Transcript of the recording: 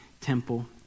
temple